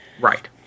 Right